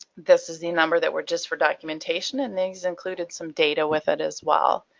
this is the number that we're just for documentation and these included some data with it as well.